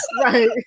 Right